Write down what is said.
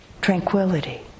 Tranquility